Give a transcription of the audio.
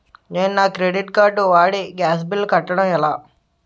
నేను నా credit card వాడి గ్యాస్ బిల్లు కట్టడం ఎలా?